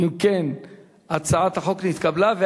חוק ומשפט נתקבלה.